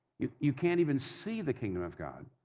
you you can't even see the kingdom of god.